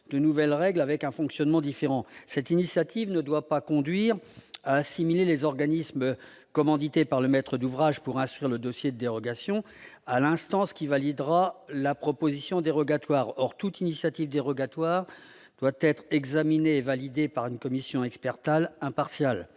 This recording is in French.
de nouvelles règles, avec un fonctionnement différent, cette initiative ne doit pas conduire à assimiler les organismes commandité par le maître d'ouvrage pour instruire le dossier dérogation à l'instance qui validera la proposition dérogatoire or toute initiative dérogatoire doit être examiné et validé par une commission expert impartial,